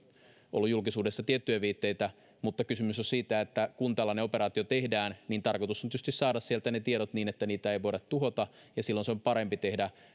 ollut julkisuudessa tiettyjä viitteitä mutta kysymys on siitä että kun tällainen operaatio tehdään niin tarkoitus on tietysti saada sieltä ne tiedot niin että niitä ei voida tuhota ja silloin se on parempi tehdä